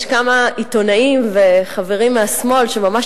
יש כמה עיתונאים וחברים מהשמאל שממש